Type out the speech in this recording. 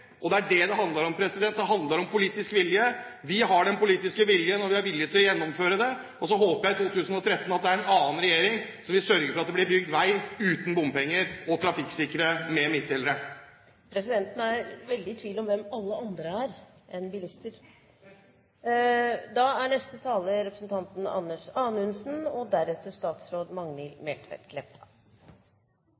og det er det det handler om. Det handler om politisk vilje. Vi har den politiske viljen, og vi er villig til å gjennomføre dette. Så håper jeg at det i 2013 er en annen regjering som vil sørge for at det blir bygd vei uten bompenger, og at veiene blir trafikksikret med midtdelere. Presidenten er veldig i tvil om hvem «alle andre» er – enn bilister.